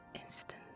instantly